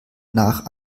nach